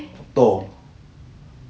though